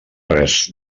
res